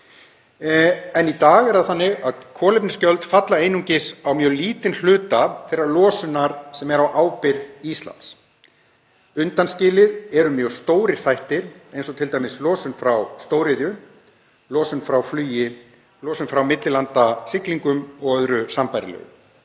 en í dag er það þannig að kolefnisgjöld falla einungis á mjög lítinn hluta þeirrar losunar sem er á ábyrgð Íslands. Undanskildir eru mjög stórir þættir eins og t.d. losun frá stóriðju, losun frá flugi, losun frá millilandasiglingum og öðru sambærilegu.